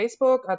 Facebook